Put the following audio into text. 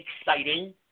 exciting